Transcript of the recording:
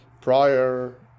prior